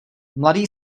mladý